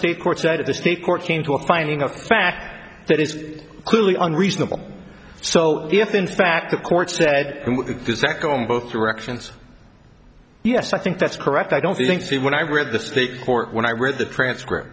state court said of the state courts to a finding of fact that is clearly unreasonable so if in fact the court said does that go in both directions yes i think that's correct i don't think so when i read the state court when i read the transcript